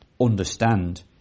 understand